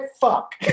fuck